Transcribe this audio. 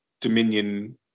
dominion